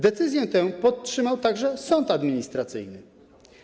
Decyzję tę podtrzymał także sąd administracyjny.